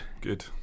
Good